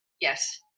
Yes